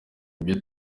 ibyo